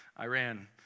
Iran